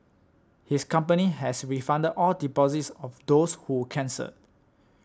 his company has refunded all deposits of those who cancelled